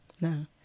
no